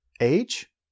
Age